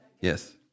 Yes